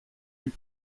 eut